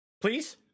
Please